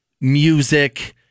music